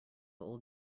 old